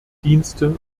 dienste